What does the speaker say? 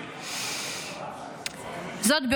זאת,